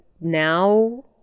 now